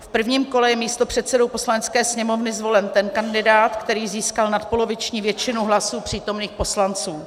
V prvním kole je místopředsedou Poslanecké sněmovny zvolen ten kandidát, který získal nadpoloviční většinu hlasů přítomných poslanců.